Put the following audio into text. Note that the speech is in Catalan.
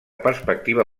perspectiva